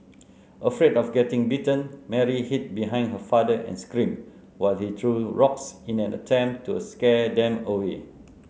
afraid of getting bitten Mary hid behind her father and screamed while he threw rocks in an attempt to scare them away